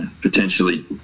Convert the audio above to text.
potentially